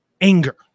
anger